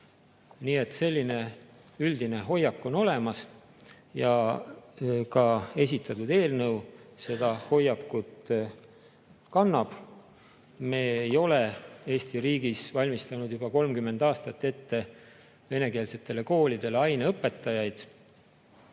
Nii et selline üldine hoiak on olemas ja ka esitatud eelnõu seda hoiakut kannab. Me ei ole Eesti riigis valmistanud juba 30 aastat ette venekeelsetele koolidele aineõpetajaid.